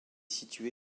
situé